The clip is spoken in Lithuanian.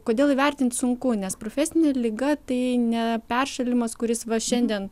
kodėl įvertint sunku nes profesinė liga tai ne peršalimas kuris va šiandien